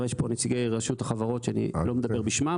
יש פה את נציגי רשות החברות שאני לא מדבר בשמם.